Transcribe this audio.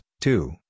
two